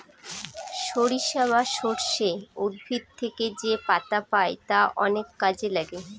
সরিষা বা সর্ষে উদ্ভিদ থেকে যেপাতা পাই তা অনেক কাজে লাগে